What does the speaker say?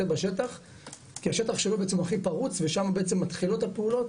בשטח כי השטח שלו בעצם הכי פרוץ ושם בעצם מתחילות הפעולות